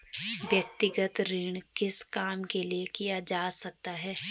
व्यक्तिगत ऋण किस काम के लिए किया जा सकता है?